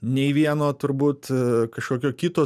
nei vieno turbūt kažkokio kito